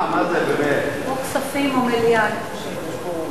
או כספים או מליאה, אני חושבת.